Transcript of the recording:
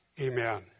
Amen